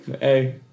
Hey